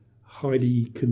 highly